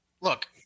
look